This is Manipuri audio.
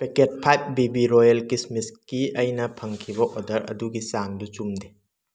ꯄꯦꯀꯦꯠ ꯐꯥꯏꯕ ꯕꯤꯕꯤ ꯔꯣꯌꯦꯜ ꯀꯤꯁꯃꯤꯁꯀꯤ ꯑꯩꯅ ꯐꯪꯈꯤꯕ ꯑꯣꯗꯔ ꯑꯗꯨꯒꯤ ꯆꯥꯡꯗꯨ ꯆꯨꯝꯗꯦ